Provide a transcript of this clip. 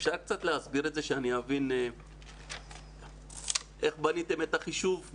אפשר קצת להסביר את זה שאני אבין איך בניתם את החישוב?